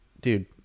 dude